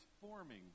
forming